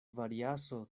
variaso